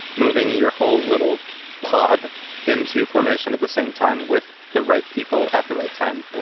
moving your whole little pod into formation at the same time with the right people at the right time.